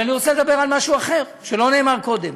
אבל אני רוצה לדבר על משהו אחר, שלא נאמר קודם.